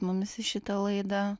mumis į šitą laidą